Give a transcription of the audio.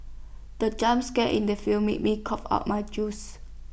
the jump scare in the film made me cough out my juice